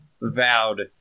vowed